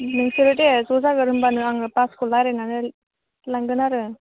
नोंसोरो दे ज' जाग्रो होनबानो आङो बासखौ रायलायनानै लांगोन आरो